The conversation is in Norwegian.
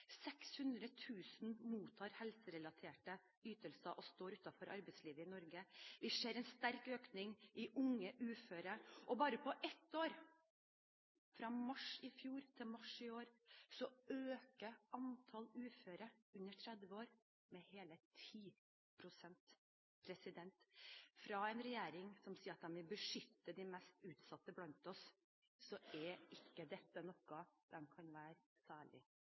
mottar helserelaterte ytelser og står utenfor arbeidslivet i Norge. Vi ser en sterk økning i unge uføre. Bare på ett år, fra mars i fjor til mars i år, økte antall uføre under 30 år med hele 10 pst. Fra en regjering som sier at den vil beskytte de mest utsatte blant oss, er ikke dette noe den kan være særlig